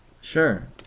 Sure